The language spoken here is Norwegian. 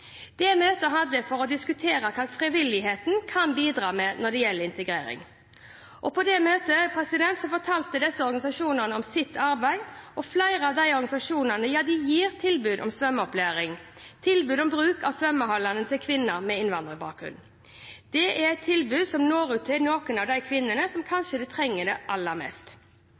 for å diskutere hva frivilligheten kan bidra med når det gjelder integrering. På møtet fortalte organisasjonene om sitt arbeid. Flere av disse organisasjonene gir tilbud om svømmeopplæring og tilbud om bruk av svømmehall til kvinner med innvandrerbakgrunn. Dette er tilbud som når ut til noen av de kvinnene som kanskje trenger det aller mest.